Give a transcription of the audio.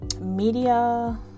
media